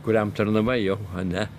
kuriam tarnavai jau ane